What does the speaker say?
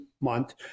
month